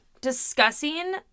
discussing